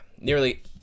nearly